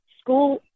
school